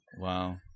wow